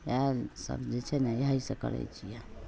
वएहसब जे छै ने इएहसब करै छिए